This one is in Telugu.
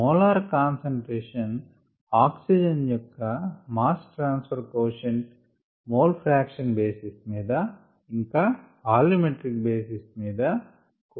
మోలార్ కాన్సంట్రేషన్ ఆక్సిజన్ యొక్క mass transfer quotient mole fraction basis మీద ఇంకా వాల్యూమెట్రిక్ బేసిస్ మీద కూడా KLa